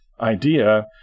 idea